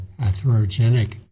atherogenic